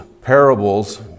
parables